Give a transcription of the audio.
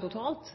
totalt.